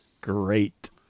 Great